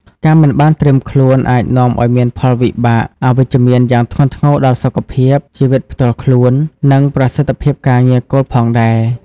ការមិនបានត្រៀមខ្លួនអាចនាំឱ្យមានផលវិបាកអវិជ្ជមានយ៉ាងធ្ងន់ធ្ងរដល់សុខភាព ជីវិតផ្ទាល់ខ្លួន និងប្រសិទ្ធភាពការងារគោលផងដែរ។